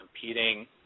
competing